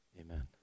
Amen